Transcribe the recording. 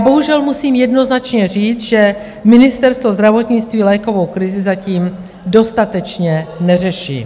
Bohužel musím jednoznačně říct, že Ministerstvo zdravotnictví lékovou krizi zatím dostatečně neřeší.